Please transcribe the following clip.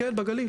כן, בגליל.